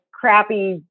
crappy